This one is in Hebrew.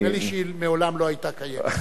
נדמה לי שהיא מעולם לא היתה קיימת.